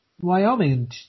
Wyoming